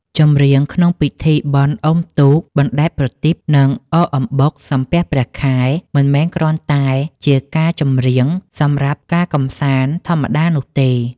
ចម្រៀងក្នុងពិធីបុណ្យអុំទូក បណ្តែតប្រទីប និងអកអំបុក សំពះព្រះខែ មិនមែនគ្រាន់តែជាការចម្រៀងសម្រាប់ការកម្សាន្តធម្មតានោះទេ។